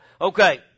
okay